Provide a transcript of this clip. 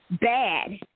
bad